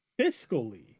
fiscally